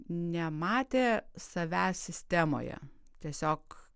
nematė savęs sistemoje tiesiog